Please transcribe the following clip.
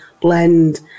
blend